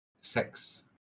Sex